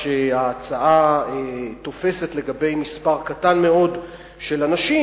שההצעה תופסת לגבי מספר קטן מאוד של אנשים,